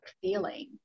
feeling